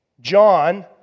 John